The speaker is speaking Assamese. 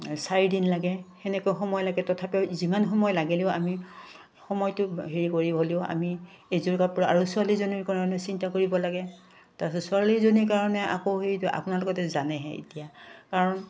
চাৰিদিন লাগে সেনেকৈ সময় লাগে তথাপিও যিমান সময় লাগিলও আমি সময়টো হেৰি কৰি হ'লেও আমি এযোৰ কাপোৰ আৰু ছোৱালীজনীৰ কাৰণে চিন্তা কৰিব লাগে তাৰপিছত ছোৱালীজনীৰ কাৰণে আকৌ সেই আপোনালোকেতো জানেহে এতিয়া কাৰণ